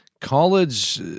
College